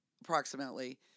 approximately